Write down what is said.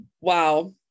wow